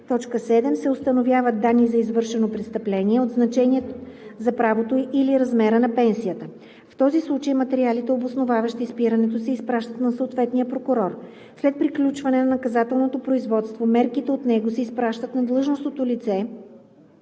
1; 7. се установят данни за извършено престъпление от значение за правото или размера на пенсията; в този случай материалите, обосноваващи спирането, се изпращат на съответния прокурор; след приключване на наказателното производство материалите от него се изпращат на длъжностното лице